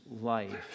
life